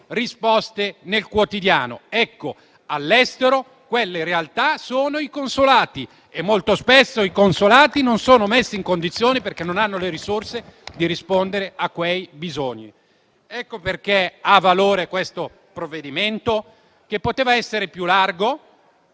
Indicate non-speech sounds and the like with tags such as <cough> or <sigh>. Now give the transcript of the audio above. risposte nel quotidiano. All'estero quelle realtà sono i consolati e molto spesso i consolati non sono messi nella condizione, perché non hanno le risorse, di rispondere a quei bisogni. <applause> Ecco perché ha valore questo provvedimento, che poteva essere più ampio,